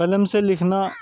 قلم سے لکھنا